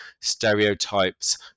stereotypes